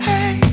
Hey